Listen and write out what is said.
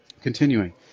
Continuing